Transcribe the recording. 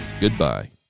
Goodbye